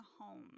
home